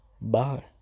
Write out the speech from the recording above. Bye